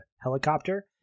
helicopter